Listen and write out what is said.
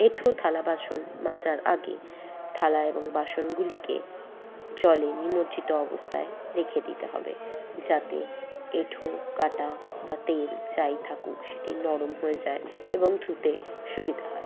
এঁঠো থালা বাসন মাজার আগে থালা এবং বাসনগুলিকে জলে নিমজ্জিত অবস্থায় রেখে দিতে হবে যাতে এঁঠো কাঁটা বা তেল যাই থাকুক সেটি নরম হয়ে যায় এবং ধুতে সুবিধা হয়